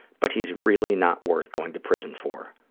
but he's really not worth going to prison for.